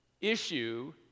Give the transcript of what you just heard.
issue